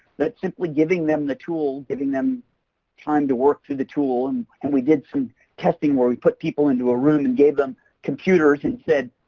that simply giving them the tool, giving them time to work through the tool and and we did some testing we put people into a room and gave them computers and said,